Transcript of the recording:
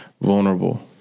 vulnerable